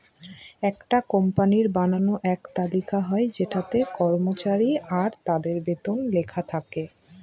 একটা কোম্পানির বানানো এক তালিকা হয় যেটাতে কর্মচারী আর তাদের বেতন লেখা থাকে